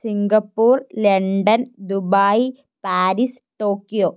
Singapore London Dubai Paris Tokyo